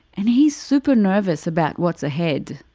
and he's super nervous about what's ahead.